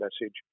message